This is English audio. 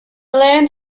lane